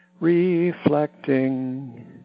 reflecting